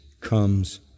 comes